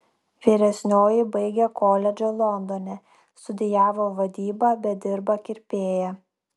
vyresnioji baigė koledžą londone studijavo vadybą bet dirba kirpėja